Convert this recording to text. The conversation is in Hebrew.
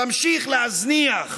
תמשיך להזניח,